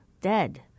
dead